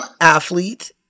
athlete